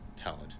talent